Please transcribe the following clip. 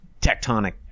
tectonic